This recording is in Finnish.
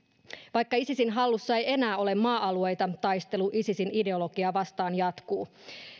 vaikka isisin hallussa ei ei enää ole maa alueita taistelu isisin ideologiaa vastaan jatkuu